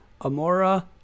Amora